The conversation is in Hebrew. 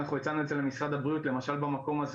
אנחנו הצענו את זה למשרד הבריאות למשל במקום הזה